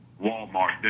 Walmart